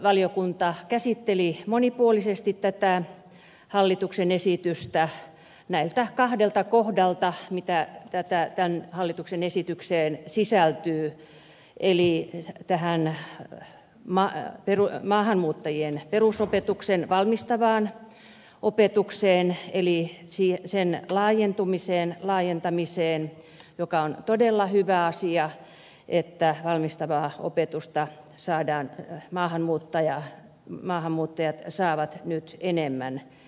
sivistysvaliokunta käsitteli monipuolisesti tätä hallituksen esitystä näiltä kahdelta kohdalta mitä hallituksen esitykseen sisältyy ei liity tähän nähtävä maa eli ensinnäkin maahanmuuttajien perusopetukseen valmistavan opetuksen laajentamista joka on todella hyvä asia että valmistavaa opetusta maahanmuuttajat saavat nyt enemmän